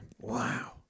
wow